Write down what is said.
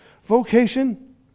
vocation